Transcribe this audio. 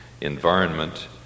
environment